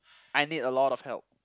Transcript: I need a lot of help